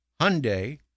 Hyundai